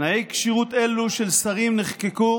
תנאי כשירות אלו של שרים נחקקו